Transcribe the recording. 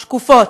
שקופות.